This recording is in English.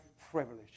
privilege